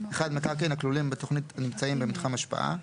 (1) מקרקעין הכלולים בתוכנית הנמצאים במתחם השפעה,